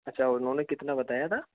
अच्छा उन्होंने कितना बताया था